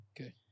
Okay